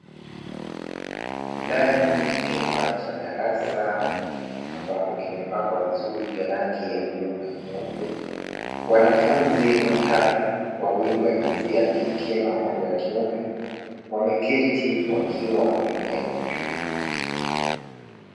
Ndani ya chumba cha darasa ambapo kimepakwa vizuri rangi ya bluu na nyeupe, wanafunzi watatu wawili wa jinsia ya kike na mmoja wa kiume, wameketi wakiwa wanatumia kompyuta.